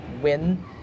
win